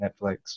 Netflix